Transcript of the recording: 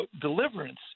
deliverance